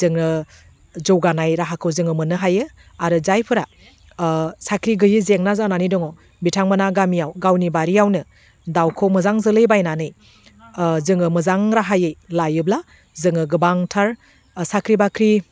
जोङो जौगानाय राहाखौ जोङो मोननो हायो आरो जायफोरा साख्रि गैयै जेंना जानानै दङ बिथांमोनहा गामियाव गावनि बारियावनो दाउखौ मोजां जोलै बायनानै जोङो मोजां राहायै लायोब्ला जोङो गोबांथार साख्रि बाख्रि